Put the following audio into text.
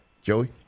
Joey